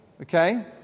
Okay